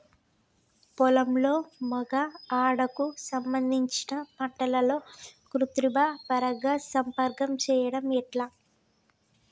పొలంలో మగ ఆడ కు సంబంధించిన పంటలలో కృత్రిమ పరంగా సంపర్కం చెయ్యడం ఎట్ల?